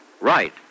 Right